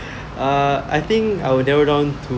err I think I will narrow down